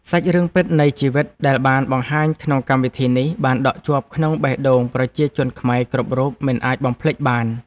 សាច់រឿងពិតនៃជីវិតដែលបានបង្ហាញក្នុងកម្មវិធីនេះបានដក់ជាប់ក្នុងបេះដូងប្រជាជនខ្មែរគ្រប់រូបមិនអាចបំភ្លេចបាន។